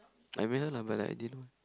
I met her lah but like I didn't want